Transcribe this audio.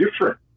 different